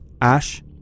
Ash